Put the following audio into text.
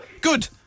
Good